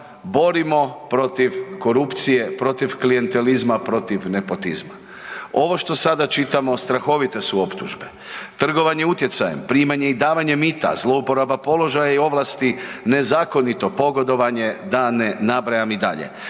borimo protiv korupcije, protiv klijentalizma, protiv nepotizma. Ovo što sada čitamo strahovite su optužbe, trgovanje utjecajem, primanje i davanje mita, zlouporaba položaja i ovlasti, nezakonito pogodovanje, da ne nabrajam i dalje.